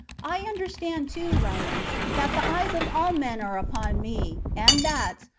i understand, too, romans, that the eyes of all men are upon me, and that,